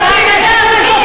תפסיקו,